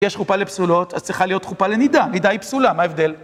יש חופה לפסולות, אז צריכה להיות חופה לנידה, נידה היא פסולה, מה ההבדל?